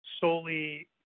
solely